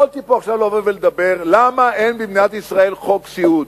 יכולתי פה עכשיו לבוא ולדבר על למה אין במדינת ישראל חוק סיעוד.